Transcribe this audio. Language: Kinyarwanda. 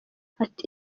ati